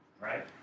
Right